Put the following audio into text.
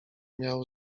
miał